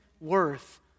worth